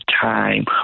time